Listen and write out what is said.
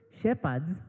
Shepherds